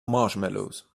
marshmallows